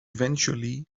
eventually